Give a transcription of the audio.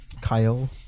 Kyle